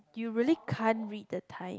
you really can't read the time